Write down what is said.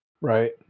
Right